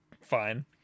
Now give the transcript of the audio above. Fine